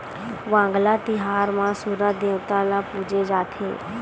वांगला तिहार म सूरज देवता ल पूजे जाथे